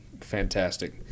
Fantastic